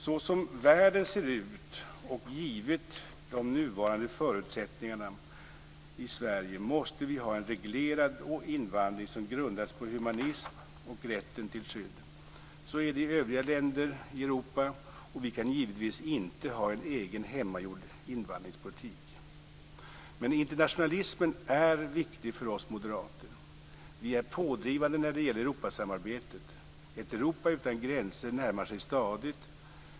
Så som världen ser ut och givet de nuvarande förutsättningarna i Sverige måste vi ha en reglerad invandring som grundas på humanism och rätten till skydd. Så är det i övriga länder i Europa, och vi kan givetvis inte ha en egen hemgjord invandringspolitik. Men internationalismen är viktig för oss moderater. Vi är pådrivande när det gäller Europasamarbetet. Ett Europa utan gränser närmar sig stadigt.